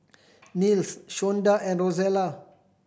Nils Shonda and Rozella